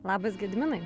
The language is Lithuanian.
labas gediminai